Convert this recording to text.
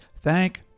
thank